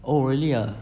oh really ah